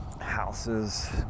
houses